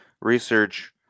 research